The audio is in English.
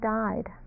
died